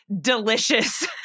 delicious